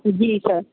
جی سر